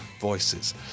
voices